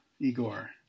Igor